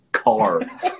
car